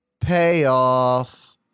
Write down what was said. Payoff